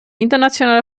internationale